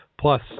Plus